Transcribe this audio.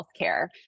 healthcare